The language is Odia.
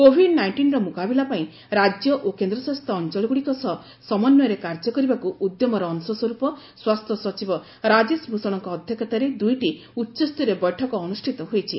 କୋଭିଡ୍ ନାଇଣ୍ଟିନ୍ର ମୁକାବିଲା ପାଇଁ ରାଜ୍ୟ ଓ କେନ୍ଦ୍ର ଶାସିତ ଅଞ୍ଚଳଗୁଡ଼ିକ ସହ ସମନ୍ୱୟରେ କାର୍ଯ୍ୟ କରିବାକୁ ଉଦ୍ୟମର ଅଂଶସ୍ୱରୂପ ସ୍ୱାସ୍ଥ୍ୟ ସଚିବ ରାଜେଶ ଭୂଷଣଙ୍କ ଅଧ୍ୟକ୍ଷତାରେ ଦୁଇଟି ଉଚ୍ଚସ୍ତରୀୟ ବୈଠକ ଅନୁଷ୍ଠିତ ହୋଇଛି